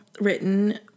written